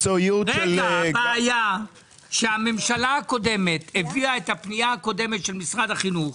היא שהממשלה הקודמת הביטאה את הפנייה הקודמת של משרד החינוך